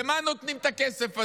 למה נותנים את הכסף הזה,